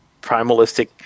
primalistic